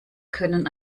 können